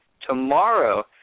tomorrow